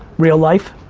real life?